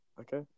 Okay